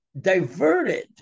diverted